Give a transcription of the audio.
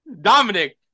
Dominic